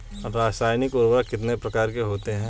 रासायनिक उर्वरक कितने प्रकार के होते हैं?